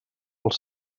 als